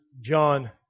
John